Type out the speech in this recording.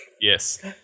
Yes